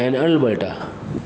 and Alberta